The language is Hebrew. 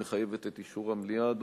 שמחייבת את אישור המליאה,